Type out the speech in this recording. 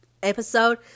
episode